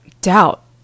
doubt